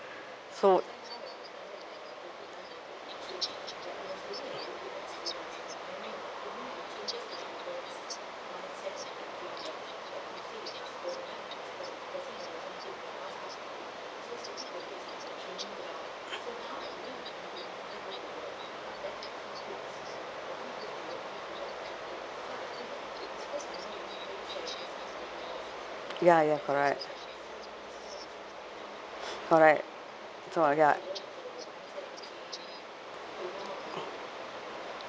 so ya ya correct correct so ya